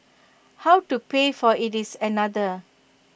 how to pay for IT is another